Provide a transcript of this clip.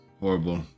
horrible